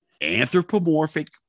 anthropomorphic